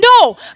No